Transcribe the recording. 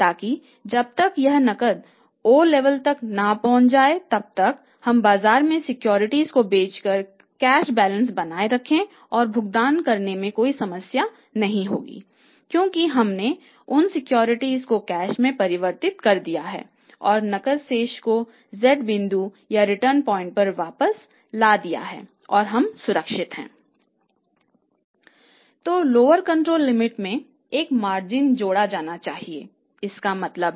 कुछ विशेषज्ञों के अनुसार लोअर कंट्रोल लिमिट पर वापस ला दिया है और हम सुरक्षित हैं